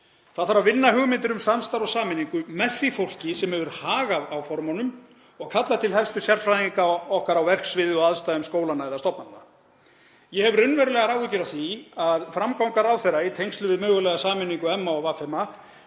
Það þarf að vinna hugmyndir um samstarf og sameiningu með því fólki sem hefur hag af áformunum og kalla til helstu sérfræðinga okkar á verksviði og aðstæðum skólanna eða stofnananna. Ég hef raunverulegar áhyggjur af því að framganga ráðherra í tengslum við mögulega sameiningu MA og VMA